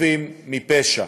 חפים מפשע.